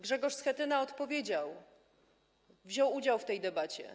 Grzegorz Schetyna odpowiedział, wziął udział w tej debacie.